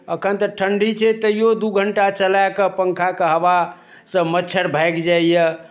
एखन तऽ ठण्डी छै तैओ दू घण्टा चलाए कऽ पङ्खाके हवासँ मच्छर भागइ जाइए